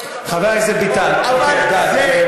חבר הכנסת ביטן, די.